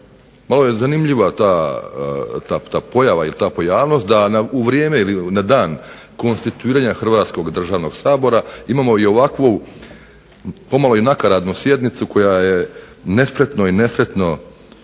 malo je zanimljiva ta pojavnost da u vrijeme ili na dan konstituiranja Hrvatskoga sabora imamo ovakvu pomalo nakaradnu sjednicu koja je nespretno i pomalo